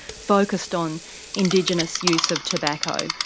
focused on indigenous use of tobacco.